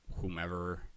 whomever